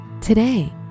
today